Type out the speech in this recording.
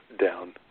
Down